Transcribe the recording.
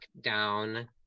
down